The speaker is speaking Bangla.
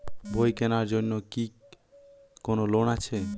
বই কেনার জন্য কি কোন লোন আছে?